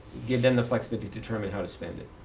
give them the flexibility to determine how to spend it.